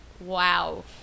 Wow